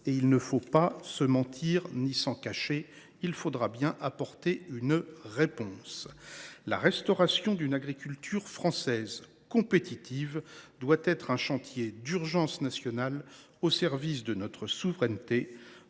– il ne faut pas se le cacher – apporter une réponse. La restauration d’une agriculture française compétitive doit être un chantier d’urgence nationale au service de notre souveraineté.